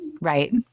Right